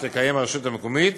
שתקיים הרשות המקומית,